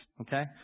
okay